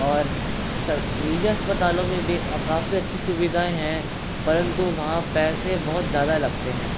और सर निजी अस्पतालों में भी काफ़ी अच्छी सुविधाएं हैं परंतु वहाँ पैसे बहुत ज़्यादा लगते हैं